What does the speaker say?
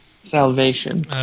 Salvation